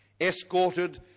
escorted